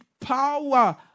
power